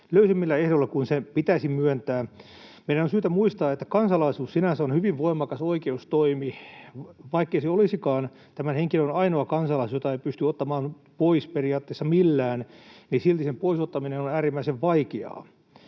löysemmillä ehdoilla kuin pitäisi myöntää. Meidän on syytä muistaa, että kansalaisuus sinänsä on hyvin voimakas oikeustoimi. Vaikkei se olisikaan tämän henkilön ainoa kansalaisuus, jota ei pysty ottamaan pois periaatteessa millään, niin silti sen pois ottaminen on äärimmäisen vaikeaa.